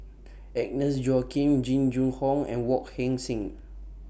Agnes Joaquim Jing Jun Hong and Wong Heck Sing